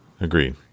agreed